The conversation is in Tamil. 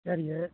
சரிங்க